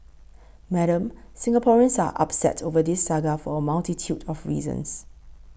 Madam Singaporeans are upset over this saga for a multitude of reasons